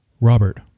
Robert